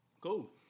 Cool